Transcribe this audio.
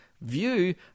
view